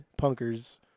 punkers